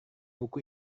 buku